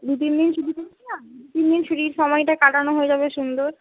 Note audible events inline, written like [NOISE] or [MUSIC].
দু তিন দিন [UNINTELLIGIBLE] দু তিন দিন ছুটির সময়টা কাটানো হয়ে যাবে সুন্দর